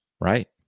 Right